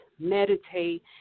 meditate